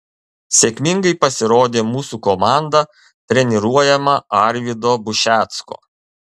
sėkmingai pasirodė mūsų komanda treniruojama arvydo bušecko